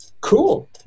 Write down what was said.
Cool